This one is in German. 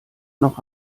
noch